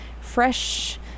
fresh